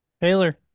Taylor